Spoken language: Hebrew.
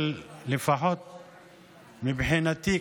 לפחות מבחינתי,